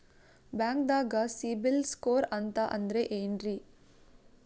ಬ್ಯಾಂಕ್ದಾಗ CIBIL score ಅಂತ ಅಂದ್ರೆ ಏನ್ರೀ?